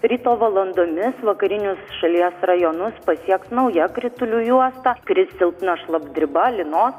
ryto valandomis vakarinius šalies rajonus pasieks nauja kritulių juosta kris silpna šlapdriba lynos